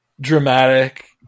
Dramatic